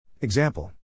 Example